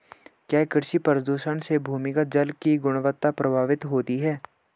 क्या कृषि प्रदूषण से भूमिगत जल की गुणवत्ता प्रभावित होती है?